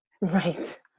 Right